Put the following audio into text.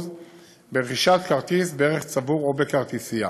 ברכישת כרטיס בערך צבור או בכרטיסייה".